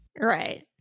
right